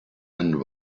and